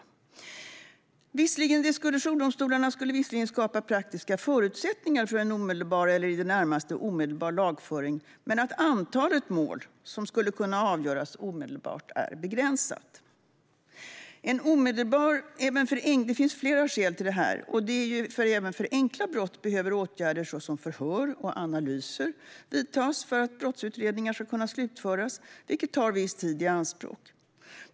Utredaren skriver: "Utredningen har kommit fram till att en ordning med dygnet runt-öppna jourdomstolar visserligen skulle skapa praktiska förutsättningar för en omedelbar eller i det närmaste omedelbar lagföring men att antalet mål som skulle kunna avgöras omedelbart är begränsat. Det finns flera skäl till att målunderlaget skulle bli begränsat. Även för enkla brott behöver åtgärder såsom förhör och analyser vidtas för att brottsutredningen ska kunna slutföras, vilket tar viss tid i anspråk.